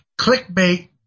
clickbait